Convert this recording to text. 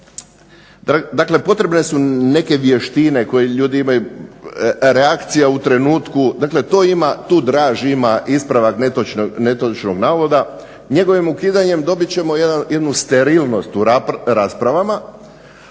dakle potrebne su neke vještine koje ljudi imaju, reakcija u trenutku, dakle to ima tu draž, tu draž ima ispravak netočnog navoda. Njegovim ukidanjem dobit ćemo jednu sterilnost u raspravama,